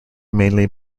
mainly